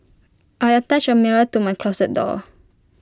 I attached A mirror to my closet door